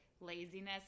laziness